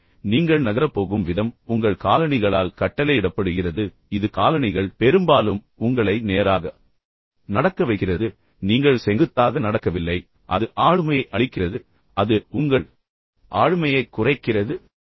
எனவே நீங்கள் நகரப் போகும் விதம் உங்கள் காலணிகளால் கட்டளையிடப்படுகிறது இது காலணிகள் பெரும்பாலும் உங்களை நேராக நடக்க வைக்கிறது நீங்கள் செங்குத்தாக நடக்கவில்லை அது ஆளுமையை அளிக்கிறது அது உங்கள் ஆளுமையைக் குறைக்கிறது